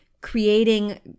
creating